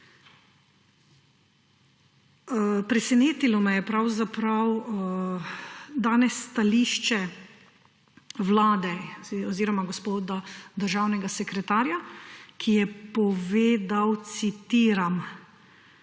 Presenetilo me je pravzaprav danes stališče Vlade oziroma gospoda državnega sekretarja, ki je povedal, citiram,